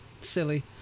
silly